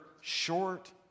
short